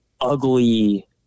ugly